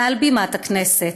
מעל בימת הכנסת,